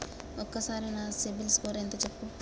ఒక్కసారి నా సిబిల్ స్కోర్ ఎంత చెప్పు?